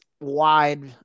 wide